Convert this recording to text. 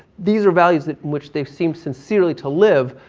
these are values in which they seem sincerely to live,